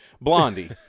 blondie